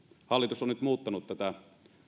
hallitus on nyt muuttanut tätä